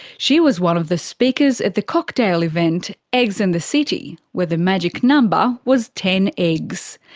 she was one of the speakers at the cocktail event eggs in the city where the magic number was ten eggs.